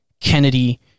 Kennedy